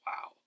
wow